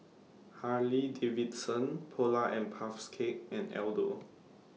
Harley Davidson Polar and Puffs Cakes and Aldo